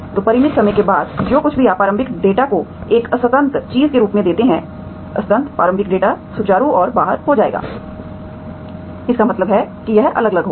तो परिमित समय के बाद जो कुछ भी आप प्रारंभिक डेटा को एक असंतत चीज़ के रूप में देते हैं असंतत प्रारंभिक डेटा सुचारू और बाहर हो जाएगा इसका मतलब है कि यह अलग अलग होगा